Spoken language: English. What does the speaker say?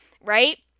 right